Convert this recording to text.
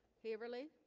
haverly